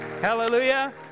Hallelujah